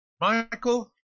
Michael